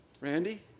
Randy